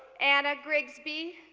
anna grigsby,